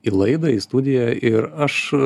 į laidą į studiją ir aš